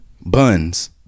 Buns